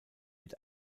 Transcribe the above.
mit